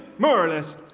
more or less.